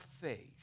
faith